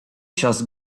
just